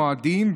מועדים,